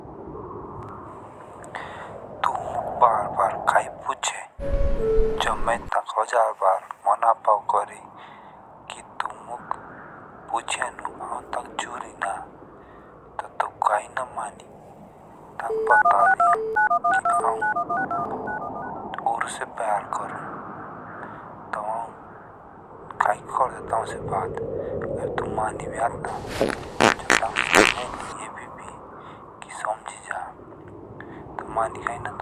तू मुख बार बार काई पूछे जब मै ताक हजार बार मना पाव करी। कि तू मुख पूछिया नू आउ ताक जरुरी ना तब तू काई ना मानी ताक पता नहीं हो कि आउन औरु उसे प्यार करु काई करता ताऊ से बात अब तू मानी भी आति ना। जब तक समझाई अ ब तू समझी ना मानी कै ना तू।